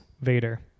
Vader